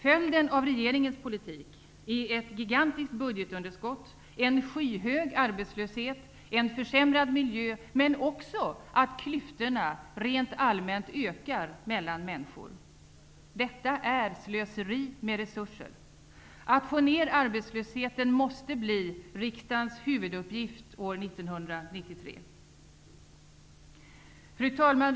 Följden av regeringens politik är ett gigantiskt budgetunderskott, en skyhög arbetslöshet, en försämrad miljö men också att klyftorna rent allmänt ökar mellan människor. Detta är slöseri med resurser! Att få ner arbetslösheten måste bli riksdagens huvuduppgift år 1993! Fru talman!